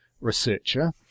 researcher